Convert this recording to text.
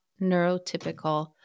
neurotypical